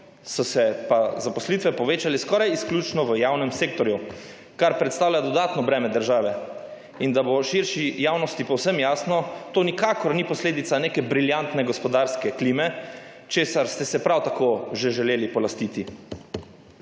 zaposlitve so se povečale skoraj izključno v javnem sektorju, kar predstavlja dodatno breme države. Da bo širši javnosti povsem jasno, to nikakor ni posledica neke briljantne gospodarske klime, česar ste se prav tako že želeli polastiti.